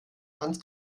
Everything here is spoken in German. ans